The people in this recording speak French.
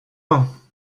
ans